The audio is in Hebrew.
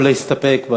או להסתפק,